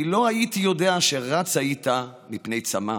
אני לא הייתי יודע שרץ היית מפני צמא".